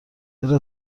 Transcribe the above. زیرا